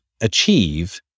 achieve